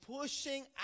pushing